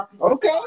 Okay